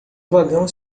vagão